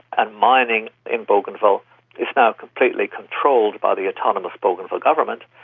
and mining in bougainville is now completely controlled by the autonomous bougainville government,